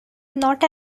not